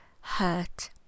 hurt